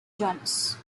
jones